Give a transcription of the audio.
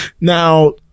Now